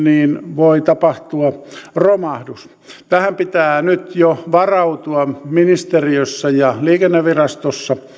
voi tapahtua romahdus tähän pitää nyt jo varautua ministeriössä ja liikennevirastossa